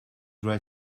dry